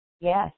Yes